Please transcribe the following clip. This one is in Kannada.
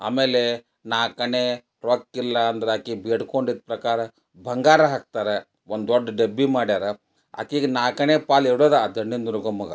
ಆಮೇಲೆ ನಾಲ್ಕಾಣೆ ರೊಕ್ಕಿಲ್ಲ ಅಂದರೆ ಆಕಿಗೆ ಬೇಡ್ಕೊಂಡಿದ್ದ ಪ್ರಕಾರ ಬಂಗಾರ ಹಾಕ್ತಾರೆ ಒಂದು ದೊಡ್ಡ ಡಬ್ಬಿ ಮಾಡ್ಯಾರ ಆಕಿಗೆ ನಾಲ್ಕಾಣೆ ಪಾಲು ಇಡೋದು ಆ ದಂಡಿನ ದುರ್ಗಮ್ಮಗೆ